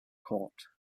caught